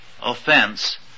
offense